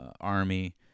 Army